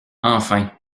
enfin